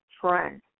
friend